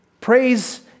praise